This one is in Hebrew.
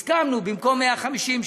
הסכמנו שבמקום 150,